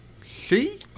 See